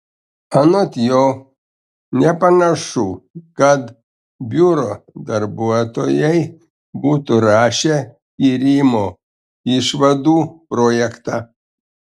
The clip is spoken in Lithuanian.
anot jo nepanašu kad biuro darbuotojai būtų rašę tyrimo išvadų projektą